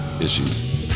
issues